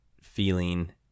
feeling